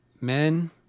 Men